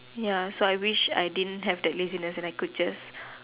ya so I wish I didn't have that laziness and I could just